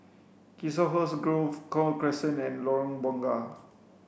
Chiselhurst Grove Gul Crescent and Lorong Bunga